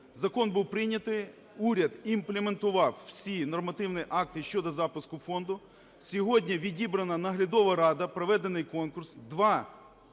Закон був прийнятий, уряд імплементував всі нормативні акти щодо запуску Фонду. Сьогодні відібрана Наглядова рада, проведений конкурс, два